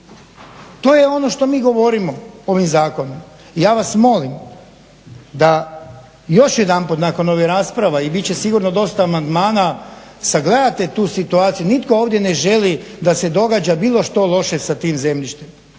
To je ono što mi govorimo ovim zakonom. Ja vas molim da još jedanput nakon ovih rasprava, i bit će sigurno dosta amandmana, sagledate tu situaciju. Nitko ovdje ne želi da se događa bilo što loše s tim zemljištem,